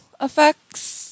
effects